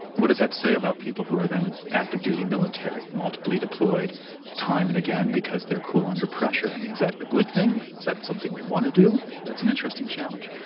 what does that say about people who are then active duty military, multiply deployed time and again because they are cool under pressure? i mean is that a good thing? is that something we want to do? that's an interesting challenge.